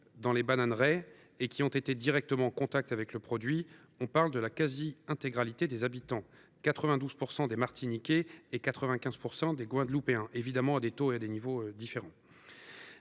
dans les bananeraies, ont été directement en contact avec le produit. Non, on parle de la quasi intégralité des habitants : 92 % des Martiniquais et 95 % des Guadeloupéens, évidemment à des niveaux de contamination différents.